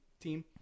team